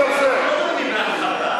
אנחנו לא אמרנו, בואו שנייה נשמור על נימוס.